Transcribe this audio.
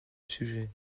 sujet